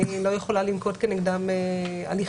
אני לא יכולה לנקוט נגדם הליכים.